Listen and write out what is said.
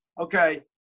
okay